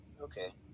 Okay